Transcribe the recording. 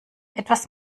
etwas